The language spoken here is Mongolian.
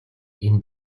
энэ